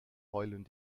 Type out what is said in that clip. heulen